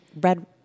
red